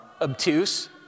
obtuse